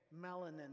melanin